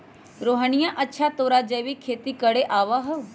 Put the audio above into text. रोहिणीया, अच्छा तोरा जैविक खेती करे आवा हाउ?